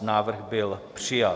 Návrh byl přijat.